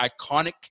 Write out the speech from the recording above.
iconic